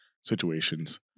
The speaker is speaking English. situations